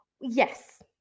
Yes